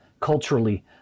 culturally